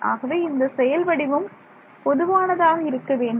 ஆகவே இந்த செயல் வடிவம் பொதுவானதாக இருக்கவேண்டும்